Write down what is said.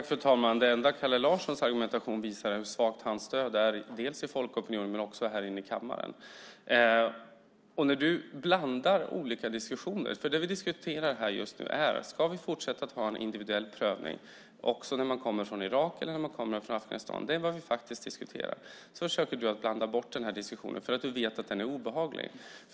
Fru talman! Det enda som Kalle Larssons argumentation visar är hur svagt hans stöd är i folkopinionen men också här i kammaren. Kalle Larsson blandar olika diskussioner. Det vi diskuterar här just nu är om vi ska fortsätta att ha en individuell prövning också när det gäller människor som kommer från Irak eller från Afghanistan. Det är vad vi faktiskt diskuterar. Men du försöker blanda bort den här diskussionen därför att du vet att den är obehaglig.